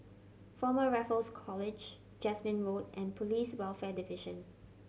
Former Raffles College Jasmine Road and Police Welfare Division